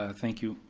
ah thank you,